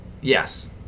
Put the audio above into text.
Yes